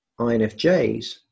INFJs